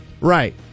Right